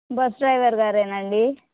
bus driver గారేనండి